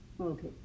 okay